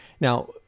Now